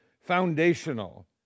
foundational